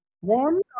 One